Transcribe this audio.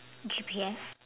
G_P_S